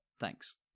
Thanks